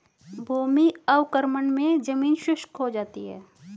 भूमि अवक्रमण मे जमीन शुष्क हो जाती है